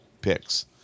picks